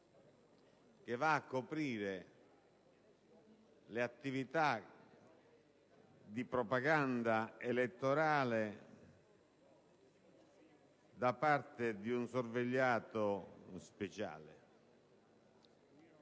che va a coprire le attività di propaganda elettorale da parte di un sorvegliato speciale.